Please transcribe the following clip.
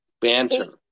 banter